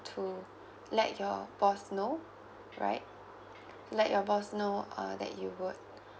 to let your boss know right let your boss know uh that you would